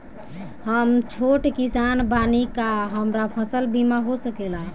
हम छोट किसान बानी का हमरा फसल बीमा हो सकेला?